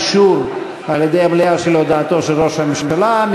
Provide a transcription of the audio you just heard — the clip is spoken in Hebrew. אישור הודעתו של ראש הממשלה על-ידי המליאה.